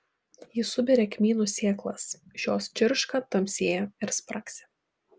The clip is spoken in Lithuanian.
ji suberia kmynų sėklas šios čirška tamsėja ir spragsi